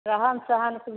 रहन सहनके